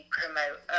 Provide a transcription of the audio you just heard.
promote